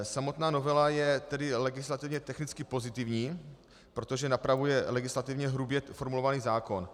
Samotná novela je tedy legislativně technicky pozitivní, protože napravuje legislativně hrubě formulovaný zákon.